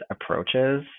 approaches